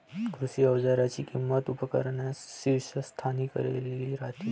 कृषी अवजारांची किंमत उपकरणांच्या शीर्षस्थानी कोरलेली राहते